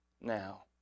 now